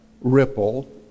ripple